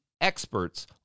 experts